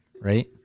Right